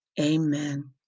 amen